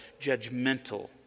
judgmental